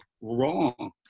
wrong